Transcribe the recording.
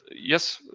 yes